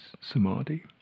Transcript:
samadhi